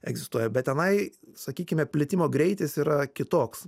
egzistuoja bet tenai sakykime plitimo greitis yra kitoks